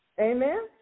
Amen